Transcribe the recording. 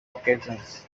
occasions